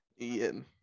Ian